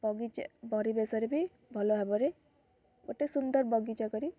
ବଗିଚା ପରିବେଶରେବି ଭଲ ଭାବରେ ଗୋଟେ ସୁନ୍ଦର ବଗିଚା କରି